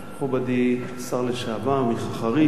מכובדי השר לשעבר מיכה חריש,